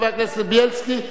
חבר הכנסת בילסקי,